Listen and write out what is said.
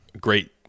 great